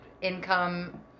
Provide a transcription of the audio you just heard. income